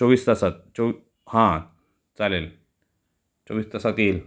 चोवीस तासात चोवी हां चालेल चोवीस तासात येईल